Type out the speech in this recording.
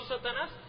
Satanás